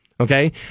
Okay